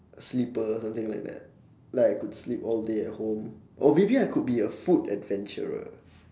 sleeper something like that like I could sleep all day at home or maybe I could be a food adventurer